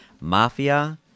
Mafia